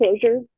closure